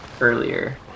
earlier